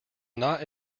not